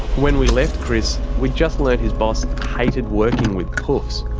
when we left chris, we'd just learnt his boss hated working with poofs.